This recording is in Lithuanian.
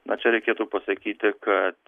na čia reikėtų pasakyti kad